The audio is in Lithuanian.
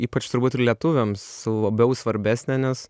ypač turbūt ir lietuviams labiau svarbesnė nes